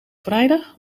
vrijdag